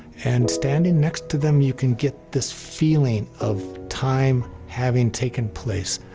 and standing next to them, you can get this feeling of time having taken place.